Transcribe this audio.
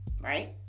Right